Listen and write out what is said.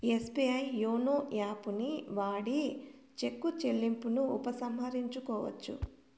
SBI YONO యాపుని వాడి cheque చెల్లింపును ఉపసంహరించుకోవచ్చు